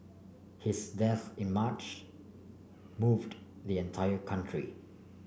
his death in March moved the entire country